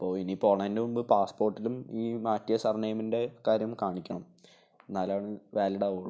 അപ്പോൾ ഇനി പോണേൻ്റെ മുന്പ് പാസ്പോര്ട്ടിലും ഈ മാറ്റിയ സര്നെയിമിന്റെ കാര്യം കാണിക്കണം എന്നാലാണ് വാലിഡ് ആവുകയുള്ളൂ